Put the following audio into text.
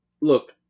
look